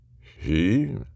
He